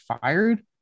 fired